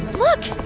look,